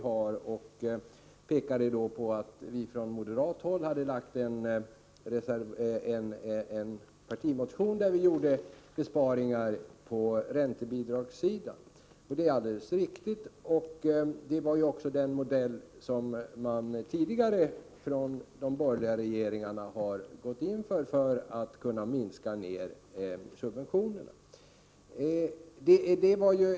Han pekade på att vi från moderat håll hade lagt fram en partimotion med förslag till besparingar på räntebidragssidan. Det är alldeles riktigt. Det var också den modell som de borgerliga regeringarna tidigare gick in för när det gällde att minska subventionerna.